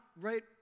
right